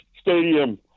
Stadium